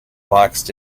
boxed